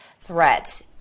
threat